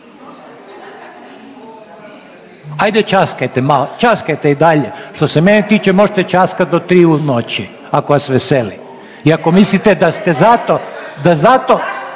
Ajde ćaskajte malo, ćaskajte i dalje što se mene tiče možete ćaskat do tri u noći ako vas veseli i ako mislite da ste zato, da zato,